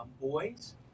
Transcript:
boys